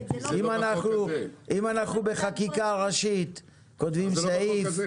אם אנחנו בחקיקה ראשית כותבים סעיף